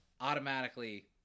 automatically –